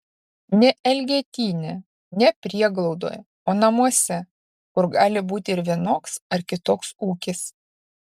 ne elgetyne ne prieglaudoje o namuose kur gali būti ir vienoks ar kitoks ūkis